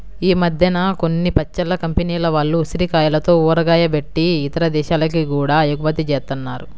ఈ మద్దెన కొన్ని పచ్చళ్ళ కంపెనీల వాళ్ళు ఉసిరికాయలతో ఊరగాయ బెట్టి ఇతర దేశాలకి గూడా ఎగుమతి జేత్తన్నారు